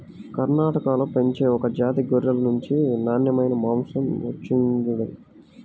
కర్ణాటకలో పెంచే ఒక జాతి గొర్రెల నుంచి నాన్నెమైన మాంసం వచ్చిండంట